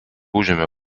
užėmė